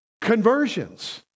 conversions